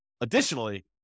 additionally